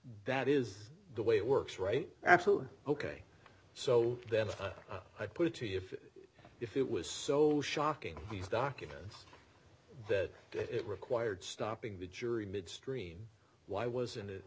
that is the way it works right absolutely ok so then i put it to you if if it was so shocking these documents that it required stopping the jury midstream why wasn't